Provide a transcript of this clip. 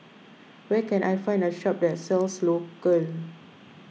where can I find a shop that sells Isocal